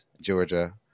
Georgia